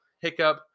hiccup